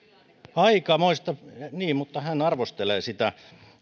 niin mutta hän arvostelee sitä